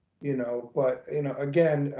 you know but you know, again,